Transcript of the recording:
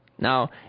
Now